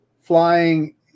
flying